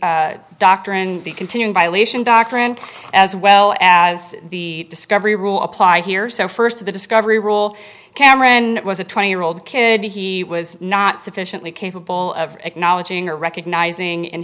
doctrine be continued violation doctrine as well as the discovery rule apply here so first of the discovery rule cameron was a twenty year old kid he was not sufficiently capable of acknowledging or recognizing in